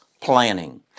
planning